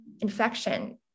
infection